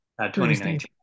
2019